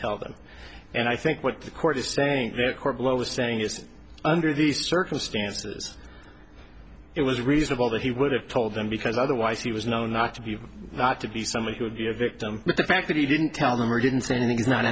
tell them and i think what the court is saying that corporal overstaying is under these circumstances it was reasonable that he would have told them because otherwise he was known not to be not to be somebody who would be a victim but the fact that he didn't tell them or didn't say anything